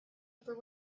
upper